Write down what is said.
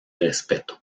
respeto